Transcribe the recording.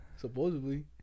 Supposedly